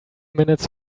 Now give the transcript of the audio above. minutes